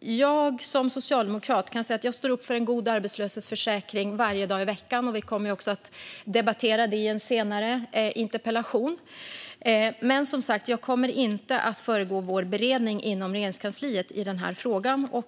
Jag som socialdemokrat står upp för en god arbetslöshetsförsäkring alla dagar i veckan. Vi kommer också att debattera det i en senare interpellationsdebatt. Jag kommer som sagt inte att föregå vår beredning inom Regeringskansliet i den här frågan.